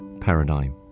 paradigm